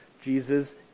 Jesus